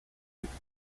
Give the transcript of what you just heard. jagged